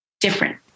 different